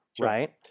right